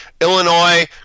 Illinois